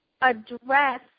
address